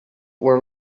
were